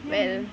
parents